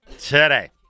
today